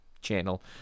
channel